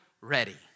ready